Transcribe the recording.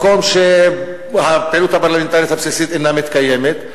מקום שהפעילות הפרלמנטרית הבסיסית אינה מתקיימת,